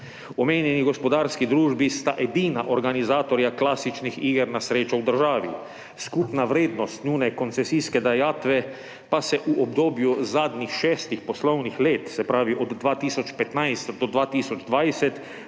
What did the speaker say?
Omenjeni gospodarski družbi sta edina organizatorja klasičnih iger na srečo v državi. Skupna vrednost njune koncesijske dajatve pa se v obdobju zadnjih šestih poslovnih let, se pravi od 2015 do 2020,